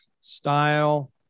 style